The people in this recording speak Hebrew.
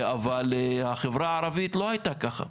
אבל החברה הערבית לא הייתה ככה.